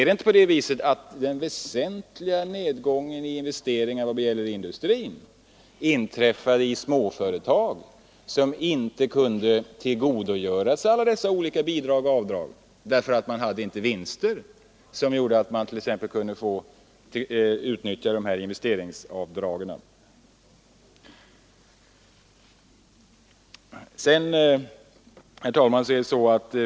Men inträffade inte den väsentliga investeringsnedgången inom industrin i småföretag, som inte kunde tillgodogöra sig alla dessa olika avdrag, därför att de inte hade några vinster som gjorde att de kunde utnyttja investeringsavdragen?